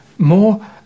More